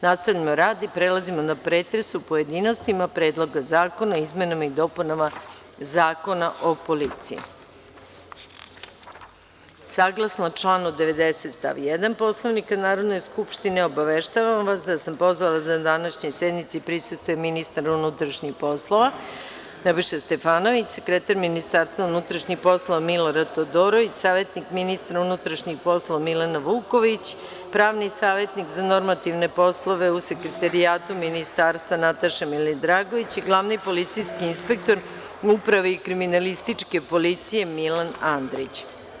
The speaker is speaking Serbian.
Nastavljamo rad i prelazimo na pretres u pojedinostima – PREDLOGA ZAKONA O IZMENAMA I DOPUNAMA ZAKONA O POLICIJI Saglasno članu 90. stav 1. Poslovnika Narodne skupštine, obaveštavam vas da sam pozvala da današnjoj sednici prisustvuju ministar unutrašnjih poslova Nebojša Stefanović, sekretar MUP Milorad Todorović, savetnik ministra unutrašnjih poslova, Milena Vuković, pravni savetnik za normativne poslove u Sekretarijatu MUP, Nataša Milidragović i glavni policijski inspektor u Upravi kriminalističke policije Milan Andrić.